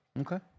Okay